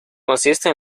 consiste